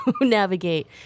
navigate